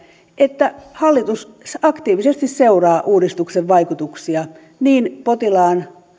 että hallitus aktiivisesti seuraa uudistuksen vaikutuksia niin potilaan